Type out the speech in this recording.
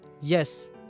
Yes